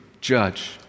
judge